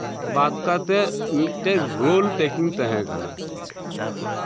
ᱵᱟᱫ ᱠᱟᱛᱮᱜ ᱢᱤᱫᱴᱮᱡ ᱨᱳᱞ ᱯᱮᱠᱤᱝ ᱛᱟᱸᱦᱮ ᱠᱟᱱᱟ